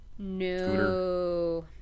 no